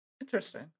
Interesting